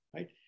Right